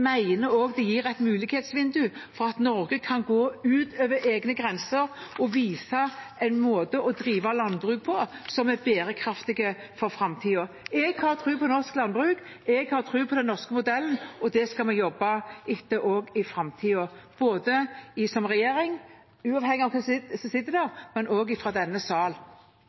det også er et mulighetsvindu for at Norge kan gå utover egne grenser og vise en måte å drive landbruk på som er bærekraftig for framtiden. Jeg har tro på norsk landbruk, jeg har tro på den norske modellen, og det skal vi jobbe etter også i framtiden, både som regjering – uavhengig av hvem som sitter der – og i denne